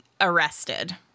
arrested